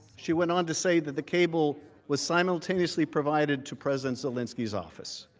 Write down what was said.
she went on to say the the cable, was simultaneously provided to president zelensky's office.